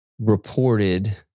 reported